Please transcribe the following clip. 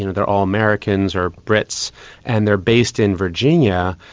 you know they're all americans or brits and they're based in virginia,